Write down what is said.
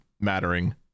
mattering